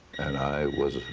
and i was